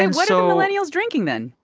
and what are the millennials drinking then?